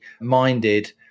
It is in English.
minded